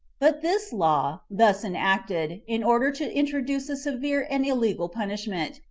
but this law, thus enacted, in order to introduce a severe and illegal punishment,